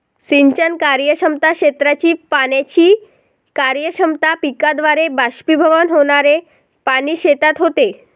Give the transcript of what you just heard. सिंचन कार्यक्षमता, क्षेत्राची पाण्याची कार्यक्षमता, पिकाद्वारे बाष्पीभवन होणारे पाणी शेतात होते